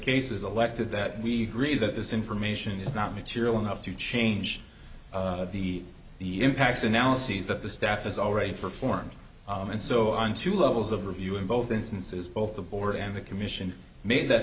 cases elected that we agree that this information is not material enough to change the the impacts analyses that the staff is already performed and so on two levels of review in both instances both the board and the commission made that